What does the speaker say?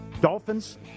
Dolphins